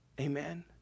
Amen